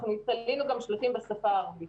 אנחנו תלינו גם שלטים בשפה הערבית.